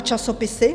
A časopisy?